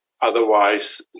Otherwise